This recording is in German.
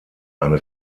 eine